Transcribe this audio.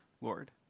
Lord